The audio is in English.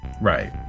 right